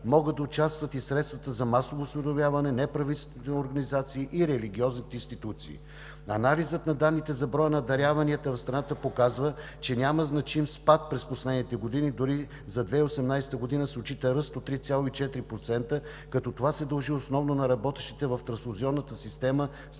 Могат да участват и средствата за масово осведомяване, неправителствените организации и религиозните институции. Анализът на данните за броя на даряванията в страната показва, че няма значим спад през последните години, дори за 2018 г. се отчита ръст от 3,4%, като това се дължи основно на работещите в трансфузионната система в страната,